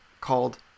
called